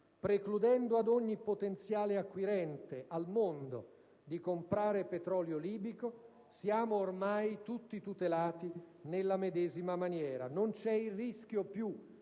precludendo ad ogni potenziale acquirente, al mondo, di comprare petrolio libico, siamo ormai tutti tutelati nella medesima maniera. Non c'è più il rischio che